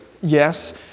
Yes